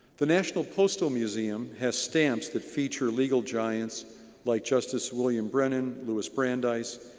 the national postal museum has stamps that feature legal giants like justice william brennen louis brandice,